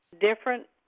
Different